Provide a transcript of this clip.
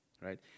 right